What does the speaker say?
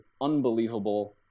unbelievable